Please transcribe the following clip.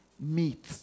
meet